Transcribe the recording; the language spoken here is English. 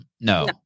No